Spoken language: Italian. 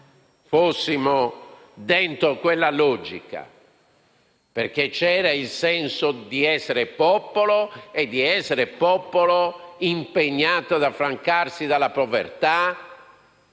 fossimo all'interno di quella logica, perché c'era il senso di essere popolo, di essere impegnati ad affrancarsi dalla povertà